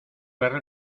perro